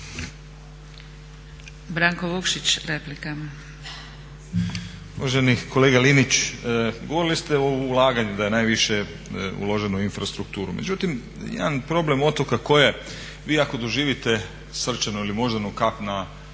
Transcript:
Branko Vukšić replika.